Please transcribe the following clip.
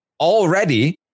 already